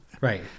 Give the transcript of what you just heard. Right